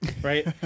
Right